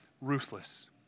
ruthless